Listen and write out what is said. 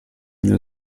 nel